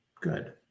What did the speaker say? Good